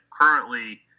currently